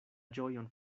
ĝojon